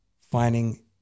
finding